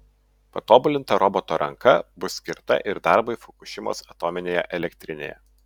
patobulinta roboto ranka bus skirta ir darbui fukušimos atominėje elektrinėje